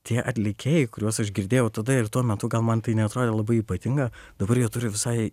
tie atlikėjai kuriuos aš girdėjau tada ir tuo metu gal man tai neatrodė labai ypatinga dabar jie turi visai